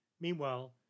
Meanwhile